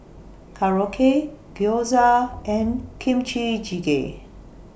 Korokke Gyoza and Kimchi Jjigae